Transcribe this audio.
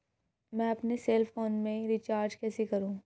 मैं अपने cell phone में रिचार्ज कैसे करूँ?